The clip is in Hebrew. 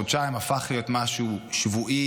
חודשיים הפך להיות משהו שבועי,